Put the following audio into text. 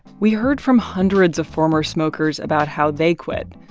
we heard from hundreds of former smokers about how they quit.